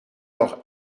leur